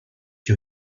you